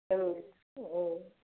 औ औ